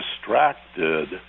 distracted